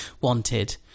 wanted